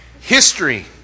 history